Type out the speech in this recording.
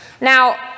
now